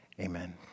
amen